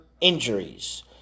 Injuries